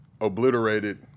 obliterated